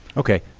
ok,